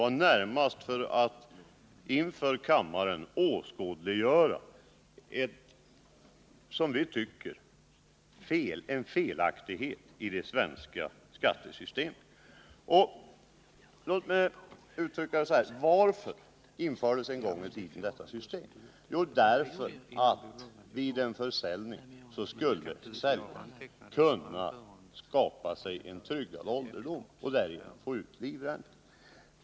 Jag ville närmast inför kammaren åskådliggöra en, som vi anser det vara, felaktighet i det svenska skattesystemet. Låt mig uttrycka det så här: Varför infördes en gång i tiden detta system? Jo, det infördes därför att säljaren genom en försäljning skulle kunna försäkra sig om en tryggad ålderdom och därigenom få ut livränta.